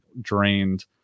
drained